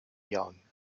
young